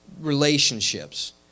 Relationships